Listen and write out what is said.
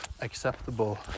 acceptable